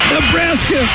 Nebraska